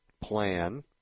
plan